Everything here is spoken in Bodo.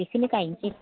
बेखौनो गायनोसै